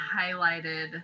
highlighted